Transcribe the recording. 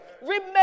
Remember